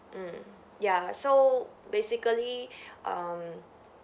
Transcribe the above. mm ya so basically um